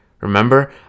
Remember